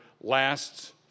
lasts